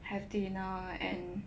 have dinner and